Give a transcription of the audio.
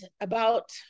about-